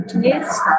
Yes